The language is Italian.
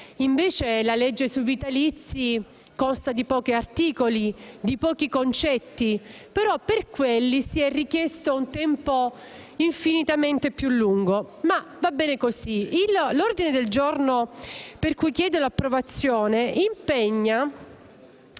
Invece la legge sui vitalizi consta di pochi articoli e pochi concetti, però per quelli si è richiesto un tempo infinitamente più lungo; ma va bene così. L'ordine del giorno G60, per cui chiedo l'approvazione, impegna